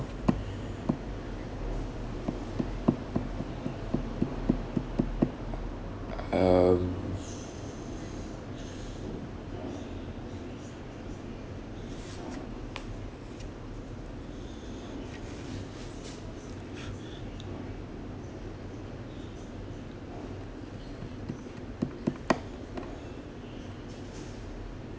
um